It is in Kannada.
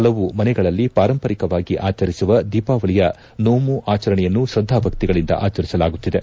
ಪಲವು ಮನೆಗಳಲ್ಲಿ ಪಾರಂಪರಿಕವಾಗಿ ಆಚರಿಸುವ ದೀಪಾವಳಿಯ ನೋಮು ಆಚರಣೆಯನ್ನು ಶ್ರದ್ಧಾ ಭಕ್ತಿಗಳಿಂದ ಆಚರಿಸಲಾಗುತ್ತಿದೆ